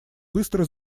быстро